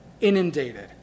inundated